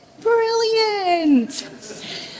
Brilliant